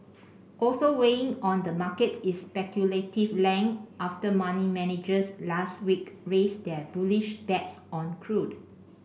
also weighing on the market is speculative length after money managers last week raised their bullish bets on crude